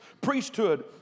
priesthood